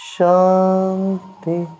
Shanti